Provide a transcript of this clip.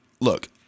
look